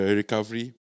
recovery